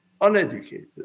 uneducated